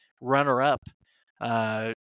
runner-up